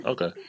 Okay